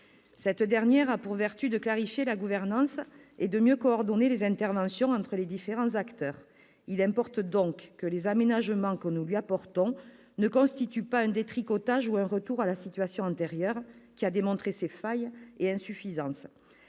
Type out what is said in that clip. Cette dernière a pour vertu de clarifier la gouvernance et de mieux coordonner les interventions entre les différents acteurs. Il importe donc que les aménagements que nous lui apportons ne constituent pas un détricotage ou un retour à la situation antérieure, qui a démontré ses failles et insuffisances.